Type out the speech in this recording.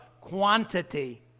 quantity